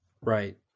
right